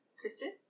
Kristen